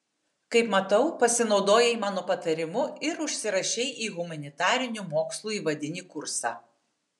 kaip matau pasinaudojai mano patarimu ir užsirašei į humanitarinių mokslų įvadinį kursą